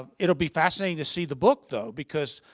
ah it'll be fascinating to see the book, though because,